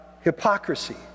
hypocrisy